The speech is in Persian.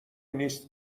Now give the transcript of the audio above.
نیست